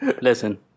Listen